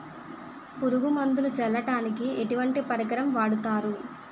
పురుగు మందులు చల్లడానికి ఎటువంటి పరికరం వాడతారు?